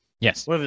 Yes